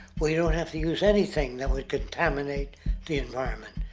we don't have to use anything that would contaminate the environment.